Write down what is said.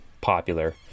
popular